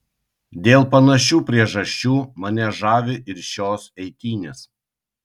dėl panašių priežasčių mane žavi ir šios eitynės